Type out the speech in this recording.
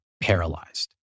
paralyzed